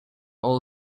all